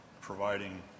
providing